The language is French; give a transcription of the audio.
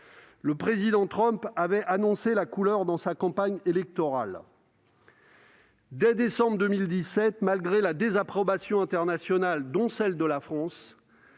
de Paris. Il avait annoncé la couleur dès sa campagne électorale ... Dès décembre 2017, malgré la désapprobation internationale, et celle de la France,